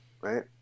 right